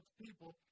people